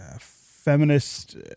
feminist